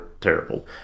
terrible